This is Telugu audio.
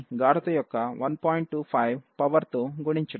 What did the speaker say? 25 పవర్ తో గుణించడం